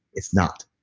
it's not,